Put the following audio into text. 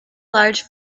large